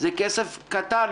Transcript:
זה כסף קטן.